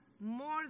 more